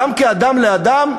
גם כאדם לאדם,